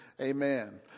Amen